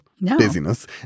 busyness